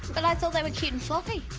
but i thought they were cute and fluffy?